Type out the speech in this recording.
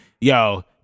yo